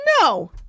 no